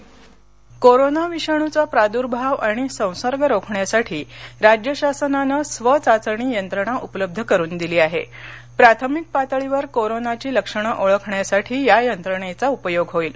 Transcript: self assessment corona विषाणूचा प्रादूर्भाव आणि संसर्ग रोखण्यासाठी राज्य शासनानं स्व चाचणी यंत्रणा उपलब्ध करून दिली प्राथमिक पातळीवर कोरोनाची लक्षणं ओळखण्यासाठी या यंत्रणेचा उपयोग होईल